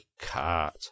cart